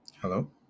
Hello